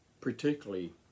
particularly